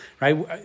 right